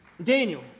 Daniel